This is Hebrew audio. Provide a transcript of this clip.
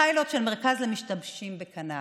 פיילוט של מרכז למשתמשים בקנביס,